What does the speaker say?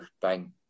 bang